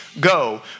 go